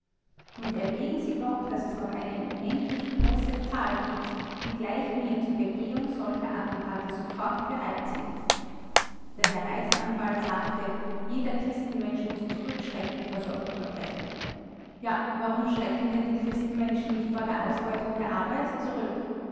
und erwägen sie doch daß es noch eine unendlich große zahl gibt die gleich mir zur begehung solcher attentate sofort bereit sind der herr reichsanwalt sagte jeder christenmensch muß zurückschrecken vor solchen verbrechen ja warum schrecken denn die christenmenschen nicht vor der ausbeutung der arbeit zurück